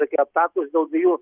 tokie aptakūs dėl dviejų